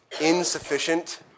insufficient